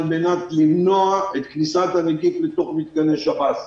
מנת למנוע את כניסת הנגיף אל תוך מתקני שב"ס.